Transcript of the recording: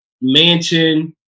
mansion